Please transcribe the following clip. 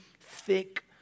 thick